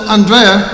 Andrea